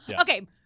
okay